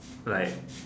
like